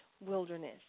wilderness